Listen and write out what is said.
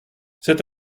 c’est